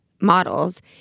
models